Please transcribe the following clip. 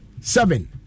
seven